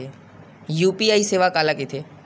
UPI सेवा काला कइथे?